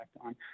on